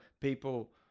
people